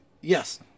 Yes